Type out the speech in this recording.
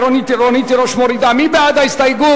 חברת הכנסת